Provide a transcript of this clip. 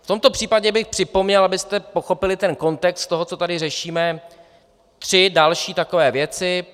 V tomto případě bych připomněl, abyste pochopili kontext toho, co tady řešíme, tři další věci.